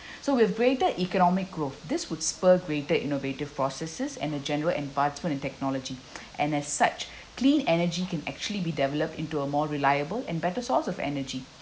so with greater economic growth this would spur greater innovative processes and a general advancement in technology and as such clean energy can actually be developed into a more reliable and better source of energy